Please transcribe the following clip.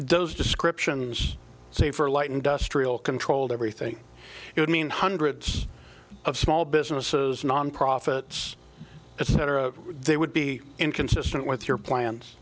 those descriptions say for light industrial controlled everything it would mean hundreds of small businesses non profits etc they would be inconsistent with your plans